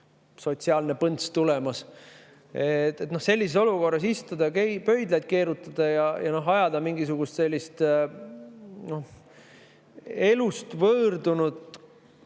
sotsiaalne põnts tulemas. Sellises olukorras istuda, pöidlaid keerutada ja ajada mingisugust elust võõrdunud